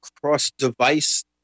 cross-device